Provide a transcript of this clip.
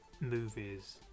movies